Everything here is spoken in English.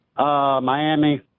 Miami